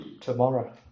tomorrow